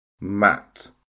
mat